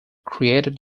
created